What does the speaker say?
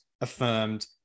affirmed